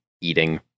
eating